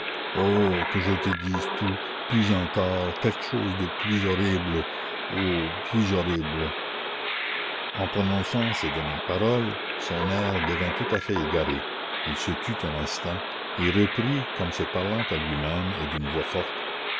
oh que je te dise tout plus encore quelque chose de plus horrible oh plus horrible en prononçant ces dernières paroles son air devint tout à fait égaré il se tut un instant et reprit comme se parlant à lui-même et d'une voix forte